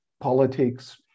politics